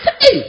hey